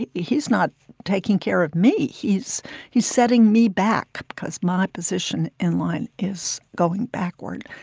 he's not taking care of me. he's he's setting me back because my position in line is going backward.